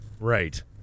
right